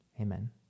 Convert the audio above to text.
Amen